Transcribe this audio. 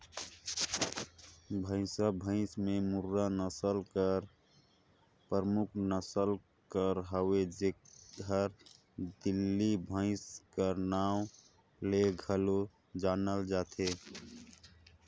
भंइसा भंइस में मुर्रा नसल हर परमुख नसल कर हवे जेहर दिल्ली भंइस कर नांव ले घलो जानल जाथे